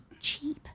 cheap